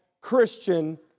Christian